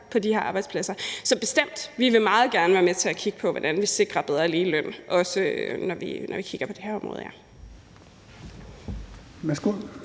vil bestemt meget gerne være med til at kigge på, hvordan vi sikrer bedre ligeløn, også når vi kigger på det her område.